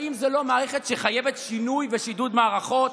האם זאת לא מערכת שחייבת שינוי ושידוד מערכות?